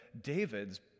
David's